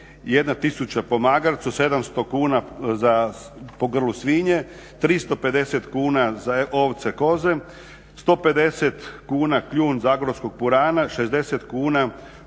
tisuća po magarcu, 700 kn po grlu svinje, 350 kn za ovce, koze, 150 kn kljun zagorskog purana, 60 kn